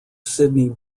sydney